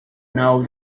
know